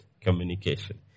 communication